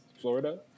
Florida